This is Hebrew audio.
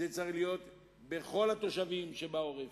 זה צריך להיות לכל התושבים שבעורף,